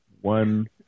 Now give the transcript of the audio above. one